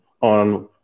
on